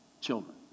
children